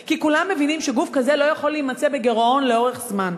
כי כולם מבינים שגוף כזה לא יכול להימצא בגירעון לאורך זמן.